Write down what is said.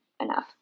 enough